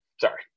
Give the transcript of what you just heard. sorry